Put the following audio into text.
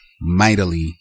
mightily